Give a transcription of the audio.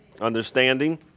Understanding